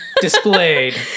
displayed